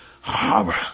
horror